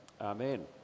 Amen